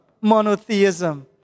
monotheism